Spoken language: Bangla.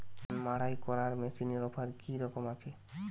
ধান মাড়াই করার মেশিনের অফার কী রকম আছে?